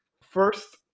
First